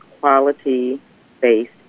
quality-based